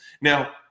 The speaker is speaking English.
Now